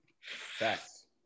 Facts